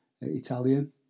Italian